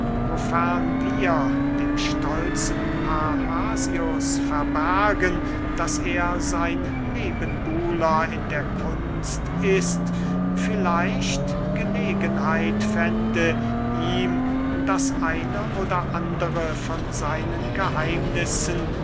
wir dem stolzen parrhasius verbergen daß er sein nebenbuhler in der kunst ist vielleicht gelegenheit fände ihm das eine oder andere von seinen geheimnissen